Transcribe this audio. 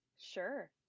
Sure